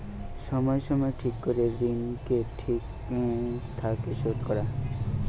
সময় সময় ঠিক করে ঋণকে ঠিক থাকে শোধ করা